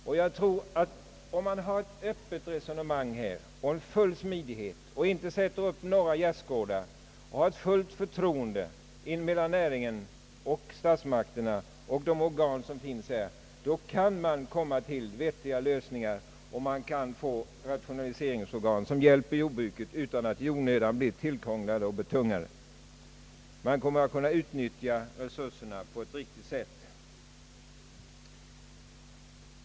Om vi för ett öppet resonemang i denna fråga, om vi tillämpar en viss smidighet och inte sätter upp några gärdesgårdar utan försöker skapa fullt förtroende mellan näringen, statsmakterna och de organ som arbetar på detta område tror jag att vi skall kunna nå vettiga lösningar och skapa rationaliseringsorgan som kan hjälpa jordbrukarna utan onödigt krångel. Resurserna skulle därigenom kunna utnyttjas på ett riktigt sätt.